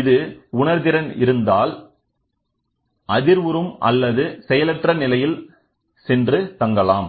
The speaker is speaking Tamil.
அது உணர்திறன் இருந்தால் அதிர்வுறும் அல்லது செயலற்ற நிலையில் சென்று தங்கலாம்